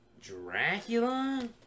Dracula